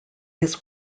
his